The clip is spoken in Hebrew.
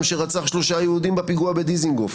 שרצח שלושה יהודים בפיגוע בדיזנגוף.